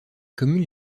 communes